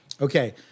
Okay